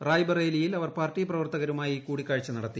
റായ്ബറേലിയിൽ അവർ പാർട്ടി പ്രവർത്തകരുമായി കൂടിക്കാഴ്ച നടത്തി